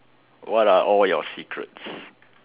what are all your secrets